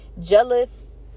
jealous